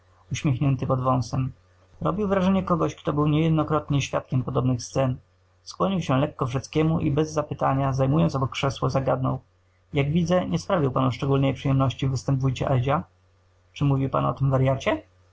uśmiechnięty pod wąsem robił wrażenie kogoś który był niejednokrotnie świadkiem podobnych scen skłonił się lekko wrzeckiemu i bez zapytania zajmując obok krzesło zagadnął jak widzę nie sprawił panu szczególnej przyjemności występ wujcia edzia czy mówi pan o tym waryacie